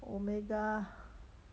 omega